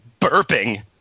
burping